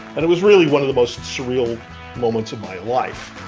and it was really one of the most surreal moments of my life